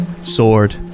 sword